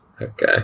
Okay